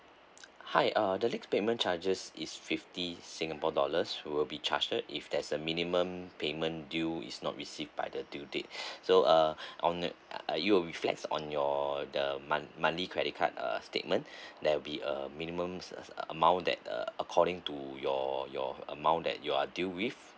hi uh the late payment charges is fifty singapore dollars you will be charged uh if there's a minimum payment due is not receive by the due date so uh on it it will reflects on your the month~ monthly credit card uh statement there be a minimum's amount that uh according to your your amount that you are due with